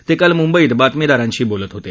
मिक्किल मुंबईत बातमीदारांशी बोलत होता